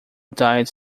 died